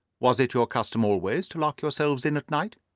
was it your custom always to lock yourselves in at night?